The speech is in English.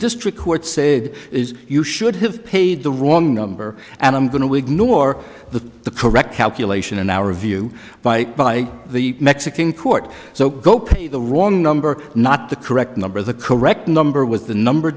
district court said is you should have paid the wrong number and i'm going to ignore the the correct calculation in our view by by the mexican court so go pay the wrong number not the correct number the correct number was the number